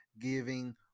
giving